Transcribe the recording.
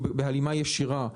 שהוא בהלימה ישירה,